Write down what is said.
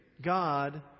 God